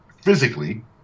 physically